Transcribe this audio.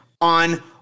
on